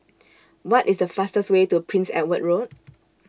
What IS The fastest Way to Prince Edward Road